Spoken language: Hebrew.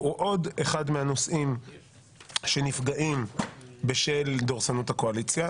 הוא עוד אחד מהנושאים שנפגעים בשל דורסנות הקואליציה.